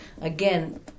Again